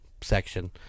section